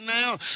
now